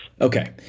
Okay